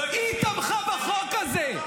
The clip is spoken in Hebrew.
היא תמכה בחוק הזה.